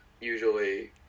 usually